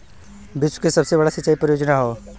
विश्व के सबसे बड़ा सिंचाई परियोजना हौ